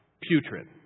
Putrid